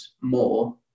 more